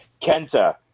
kenta